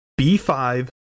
B5